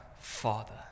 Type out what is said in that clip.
father